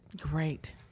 Great